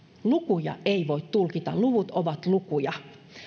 lukuja ei voi tulkita luvut ovat lukuja